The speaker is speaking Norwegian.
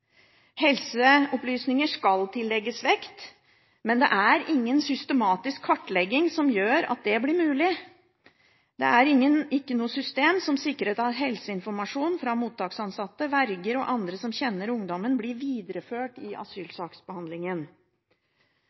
Helseopplysninger skal tillegges vekt, men det er ingen systematisk kartlegging som gjør det mulig. Det er ikke noe system som sikrer at helseinformasjon fra mottaksansatte, verger og andre som kjenner ungdommene, blir videreført i asylsaksbehandlingen.